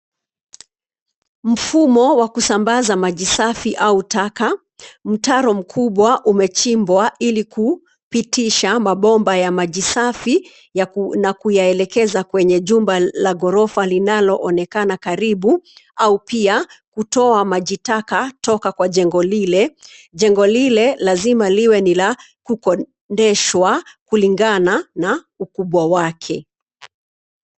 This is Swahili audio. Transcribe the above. Mfumo wa kusambaza maji safi au taka, mtaro mkubwa umechimbwa ilikupitisha mabomba ya maji safi, na kuyaelekeza kwenye jumba la ghorofa linaloonekana karibu, au pia, kutoa maji taka toka kwa jengo lile, jengo lile lazima liwe ni la kukodeshwa, kulingana na ukubwa wake.